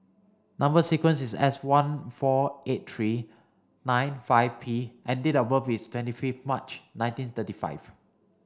number sequence is S one four eight three nine five P and date of birth is twenty fifth March nineteen thirty five